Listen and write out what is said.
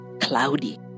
cloudy